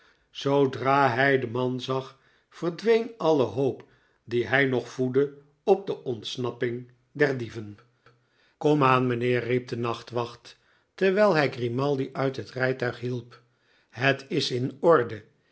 zoodra hij den man zag verdween alle hoop die hij nog voedde op de ontsnapping der dieven jozep grimaldi komaan mynheer riep de nachtwacht terwijl hij grimaldi uit het rijtuig hielp het is in orde